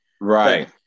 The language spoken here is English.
right